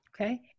Okay